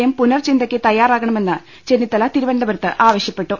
M പുനർ ചിന്തയ്ക്ക് തയ്യാറാകണമെന്ന് ചെന്നിത്തല തിരുവനന്തപുരത്ത് ആവശ്യപ്പെട്ടു